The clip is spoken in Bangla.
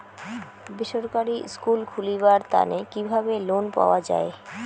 বেসরকারি স্কুল খুলিবার তানে কিভাবে লোন পাওয়া যায়?